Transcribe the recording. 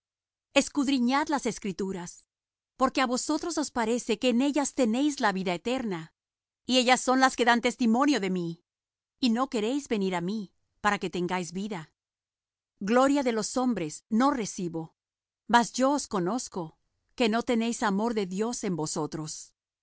escudriñad las escrituras porque á vosotros os parece que en ellas tenéis la vida eterna y ellas son las que dan testimonio de mí y no queréis venir á mí para que tengáis vida gloria de los hombres no recibo mas yo os conozco que no tenéis amor de dios en vosotros